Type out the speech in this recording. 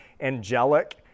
angelic